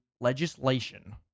legislation